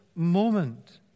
moment